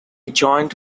joined